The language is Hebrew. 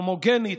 הומוגנית,